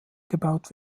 gebaut